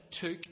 took